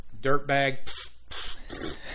dirtbag